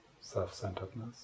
self-centeredness